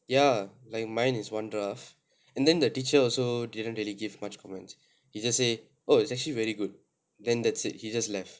ya like mine is one draft and then the teacher also didn't really give much comment he just say oh it's actually very good then that's it he just left